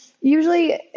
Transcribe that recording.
usually